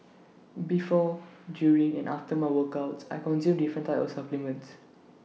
before during and after my workouts I consume different types of supplements